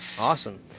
awesome